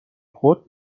خود